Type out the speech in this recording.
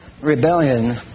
rebellion